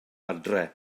adre